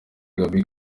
gaby